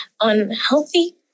unhealthy